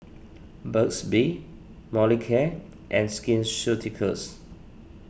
Burt's Bee Molicare and Skin Ceuticals